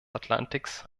atlantiks